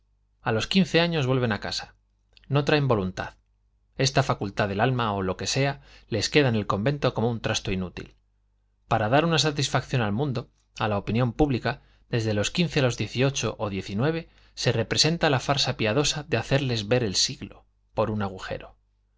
a los quince años vuelven a casa no traen voluntad esta facultad del alma o lo que sea les queda en el convento como un trasto inútil para dar una satisfacción al mundo a la opinión pública desde los quince a los dieciocho o diecinueve se representa la farsa piadosa de hacerles ver el siglo por un agujero